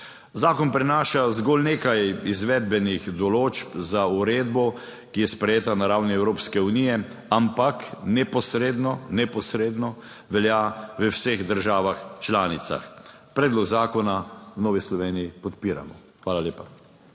Zakon prinaša zgolj nekaj izvedbenih določb za uredbo, ki je sprejeta na ravni Evropske unije, ampak neposredno velja v vseh državah članicah. Predlog zakona v Novi Sloveniji podpiramo. Hvala lepa.